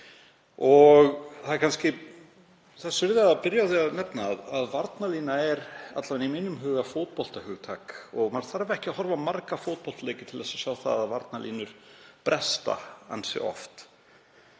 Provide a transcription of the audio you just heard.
Það er kannski þess virði að byrja á því að nefna að varnarlína er, alla vega í mínum huga, fótboltahugtak og maður þarf ekki að horfa á marga fótboltaleiki til að sjá að varnarlínur bresta ansi oft.